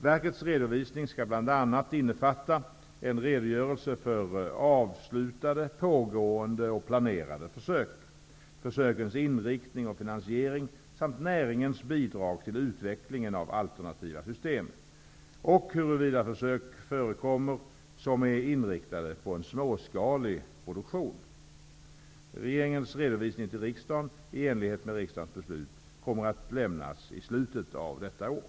Verkets redovisning skall bl.a. innefatta en redogörelse för avslutade, pågående och planerade försök, försökens inriktning och finansiering samt näringens bidrag till utvecklingen av alternativa system och huruvida försök förekommer som är inriktat på en småskalig produktion. Regeringens redovisning till riksdagen i enlighet med riksdagsbeslutet kommer att lämnas i slutet av detta år.